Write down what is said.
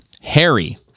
Harry